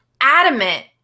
adamant